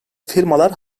firmalar